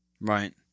right